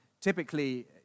typically